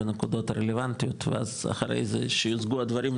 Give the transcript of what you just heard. בנקודות הרלוונטיות ואז אחרי זה שיושגו הדברים,